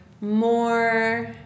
more